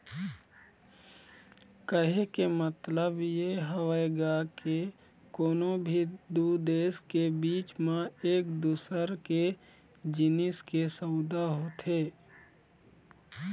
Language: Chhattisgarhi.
कहे के मतलब ये हवय गा के कोनो भी दू देश के बीच म एक दूसर के जिनिस के सउदा होथे